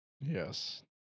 Yes